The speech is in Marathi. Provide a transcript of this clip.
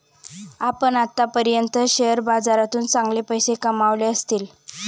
आपण आत्तापर्यंत शेअर बाजारातून चांगले पैसे कमावले असतील